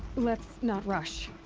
let's. not rush.